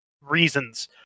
reasons